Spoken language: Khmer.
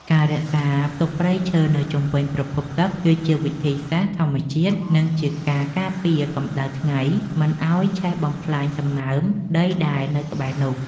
ការរក្សាទុកព្រៃឈើនៅជុំវិញប្រភពទឹកគឺជាវិធីសាស្ត្រធម្មជាតិ និងជាការការពារកម្តៅថ្ងៃមិនឱ្យឆេះបំផ្លាញសំណើមដីដែលនៅក្បែរនោះ។